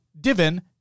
Divin